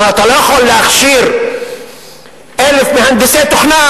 אתה לא יכול להכשיר 1,000 מהנדסי תוכנה,